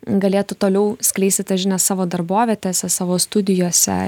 galėtų toliau skleisiti žinią savo darbovietėse savo studijose